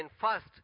First